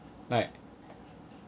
like